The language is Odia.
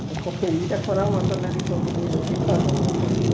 ଦେଖ ସେ ଇ'ଟା ଖରା ମାସର୍ ଲାଗି ସବୁ ରେଟ୍ ଅଛେ କା'ଣା କର୍ବ କହ